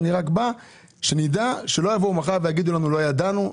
רק שלא יגידו לנו מחר: לא ידענו,